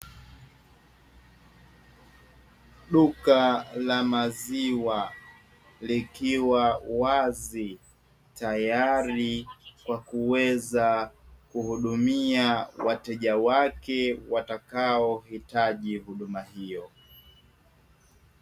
Duka la maziwa likiwa wazi tayari kwa kuweza kuhudumia wateja wake watakaohitaji huduma hiyo.